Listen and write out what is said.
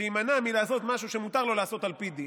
שיימנע מלעשות משהו שמותר לו לעשות על פי דין,